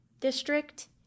district